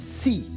see